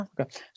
okay